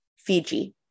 Fiji